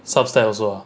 sub stat also ah